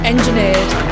Engineered